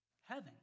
heaven